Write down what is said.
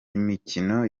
imikino